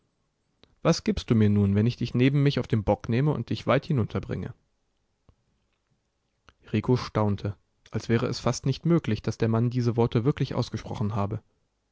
was gibst du mir nun wenn ich dich neben mich auf den bock nehme und dich weit hinunterbringe rico staunte als wäre es fast nicht möglich daß der mann diese worte wirklich ausgesprochen habe